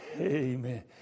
Amen